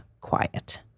quiet